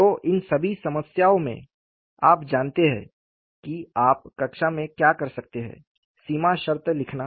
तो इन सभी समस्याओं में आप जानते हैं कि आप कक्षा में क्या कर सकते हैं सीमा शर्त लिखना